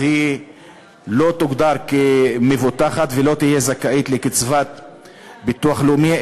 היא לא תוגדר מבוטחת ולא תהיה זכאית לקצבת ביטוח לאומי,